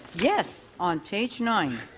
yes on page nine.